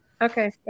okay